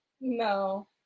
No